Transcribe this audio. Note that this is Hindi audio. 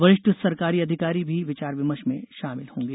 वरिष्ठ सरकारी अधिकारी भी विचार विमर्श में शामिल होंगे